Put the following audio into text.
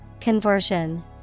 Conversion